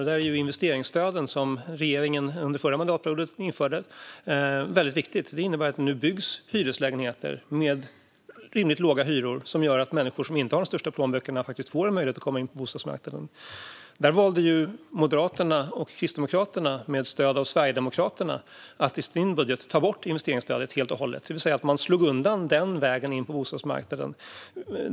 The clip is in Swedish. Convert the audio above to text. Där är de investeringsstöd som regeringen införde under den förra mandatperioden viktiga. Det innebär att det nu byggs hyreslägenheter med rimligt låga hyror som gör att människor som inte har de största plånböckerna får möjlighet att komma in på bostadsmarknaden. Moderaterna och Kristdemokraterna valde med stöd av Sverigedemokraterna att i sin budget ta bort investeringsstödet helt och hållet. De valde alltså att slå undan denna väg in på bostadsmarknaden.